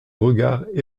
regards